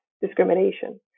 discrimination